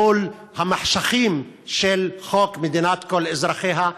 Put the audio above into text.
מול המחשכים של חוק מדינת כל אזרחיה,